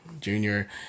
junior